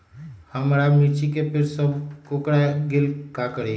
हमारा मिर्ची के पेड़ सब कोकरा गेल का करी?